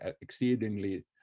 exceedingly